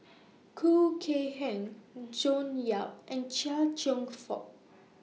Khoo Kay Hian June Yap and Chia Cheong Fook